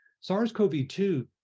SARS-CoV-2